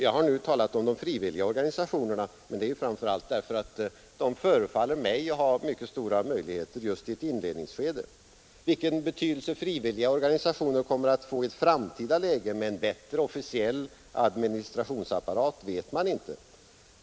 Jag har nu talat om de frivilliga organisationerna, men det är ju framför allt därför att de förefaller mig ha mycket stora möjligheter just i ett inledningsskede. Vilken betydelse frivilliga organisationer kommer att få i ett framtida läge med en bättre officiell administrationsapparat vet man inte.